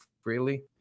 freely